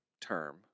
term